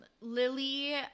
Lily